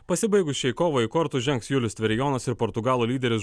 pasibaigus šiai kovai į kortus žengs julius tverijonas ir portugalų lyderis